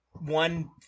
one